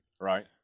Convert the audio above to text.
Right